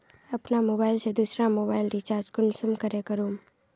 अपना मोबाईल से दुसरा मोबाईल रिचार्ज कुंसम करे करूम?